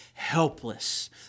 helpless